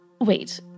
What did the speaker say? wait